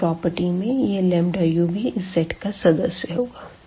दूसरी प्रॉपर्टी में यह u भी इस सेट का सदस्य होगा